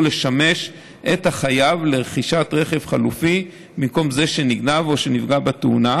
לשמש את החייב לרכישת רכב חלופי במקום זה שנגנב או שנפגע בתאונה,